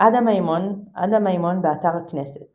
עדה מימוןעדה מימון, באתר הכנסת